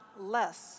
less